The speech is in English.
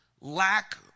lack